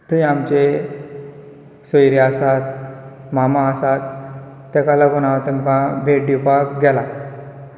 थंय आमचे सोयरे आसात मामा आसात तेमका लागून हांव भेट दिवपाक गेलां